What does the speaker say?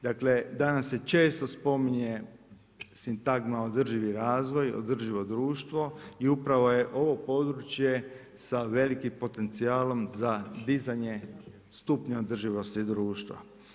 Dakle danas se često spominje sintagma održivi razvoj, održivo društvo i upravo je ovo područje sa velikim potencijalom za dizanje stupnja održivosti društva.